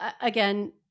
again